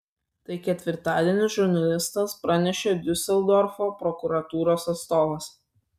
tai ketvirtadienį žurnalistams pranešė diuseldorfo prokuratūros atstovas